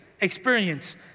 experience